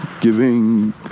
giving